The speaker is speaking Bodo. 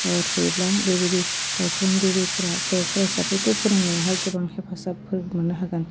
थायोब्ला बेबायदि फोरोंगिरिफोरा फरायसाफोरखौ फोरोंंनायावहाय गोबां हेफाजाबफोर मोन्नो हागोन